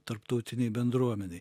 tarptautinei bendruomenei